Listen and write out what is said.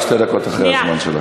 את שתי דקות אחרי הזמן שלך,